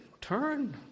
turn